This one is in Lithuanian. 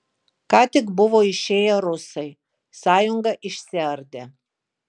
ką tik buvo išėję rusai sąjunga išsiardė